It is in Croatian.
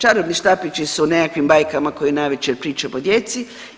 Čarobni štapići su u nekakvim bajkama koje navečer pričamo djeci.